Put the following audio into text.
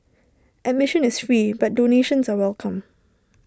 admission is free but donations are welcome